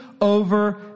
over